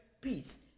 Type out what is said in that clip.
peace